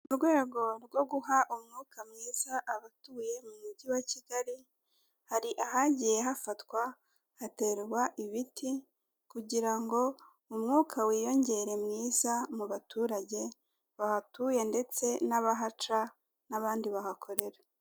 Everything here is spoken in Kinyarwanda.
Mu rwego rwo guha umwuka mwiza abatuye mu mujyi wa Kigali, hari ahagiye hafatwa haterwa ibiti kugira ngo umwuka wiyongere mwiza mu baturage bahatuye ndetse n'abahaca n'abandi bahakorera.